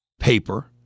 paper